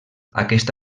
aquesta